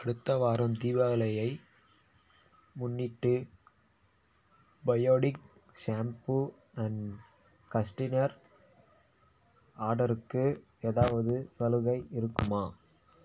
அடுத்த வாரம் தீபாவளையை முன்னிட்டு பயோடிக் ஷேம்பூ அண்ட் கஸ்டினர் ஆர்டருக்கு ஏதாவது சலுகை இருக்குமா